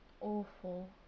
Awful